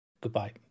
Goodbye